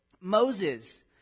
Moses